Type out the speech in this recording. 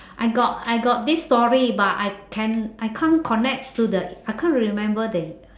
I got I got this story but I can~ I can't connect to the I can't remember the